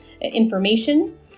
information